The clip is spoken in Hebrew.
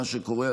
מה שקורה,